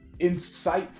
insightful